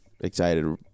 excited